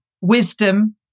wisdom